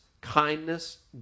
kindness